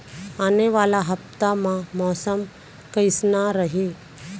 आने वाला हफ्ता मा मौसम कइसना रही?